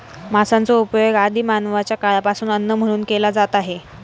मांसाचा उपयोग आदि मानवाच्या काळापासून अन्न म्हणून केला जात आहे